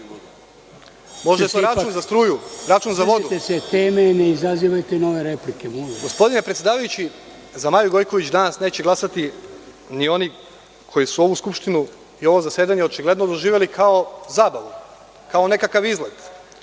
molim vas. **Aleksandar Marković** Gospodine predsedavajući, za Maju Gojković danas neće glasati ni oni koji su ovu Skupštinu i ovo zasedanje očigledno doživeli kao zabavu, kao nekakav izlet,